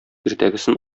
иртәгесен